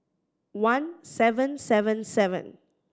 one seven seven seven